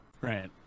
Right